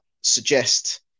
suggest